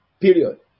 Period